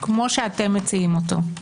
כפי שאתם מציעים אותו.